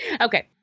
Okay